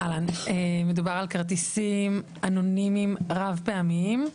מדובר על כרטיסים אנונימיים רב-פעמיים.